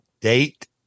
date